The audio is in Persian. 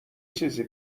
چیزی